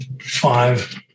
five